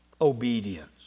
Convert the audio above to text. obedience